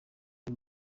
ari